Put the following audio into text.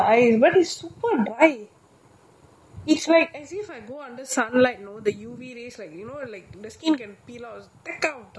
it's as if I go under sunlight you know the U_V rays like you know the skin can peel off that kind of dry is very tight and itchy